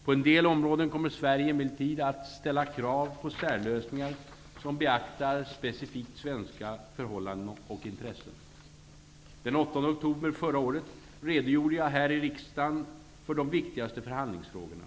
På en del områden kommer Sverige emellertid att ställa krav på särlösningar som beaktar specifikt svenska förhållanden och intressen. Den 8 oktober förra året redogjorde jag här i riksdagen för de viktigaste förhandlingsfrågorna.